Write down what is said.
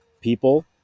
people